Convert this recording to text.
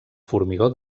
formigó